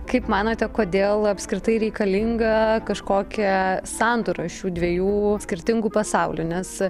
kaip manote kodėl apskritai reikalinga kažkokia sandūra šių dviejų skirtingų pasaulių nes